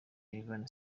evan